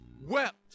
wept